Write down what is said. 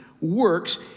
works